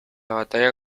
batalla